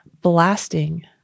blasting